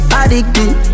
addicted